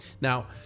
Now